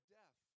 death